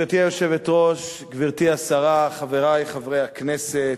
גברתי היושבת-ראש, גברתי השרה, חברי חברי הכנסת,